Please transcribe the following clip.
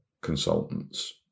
consultants